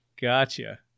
Gotcha